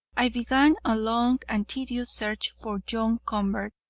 i began a long and tedious search for john convert,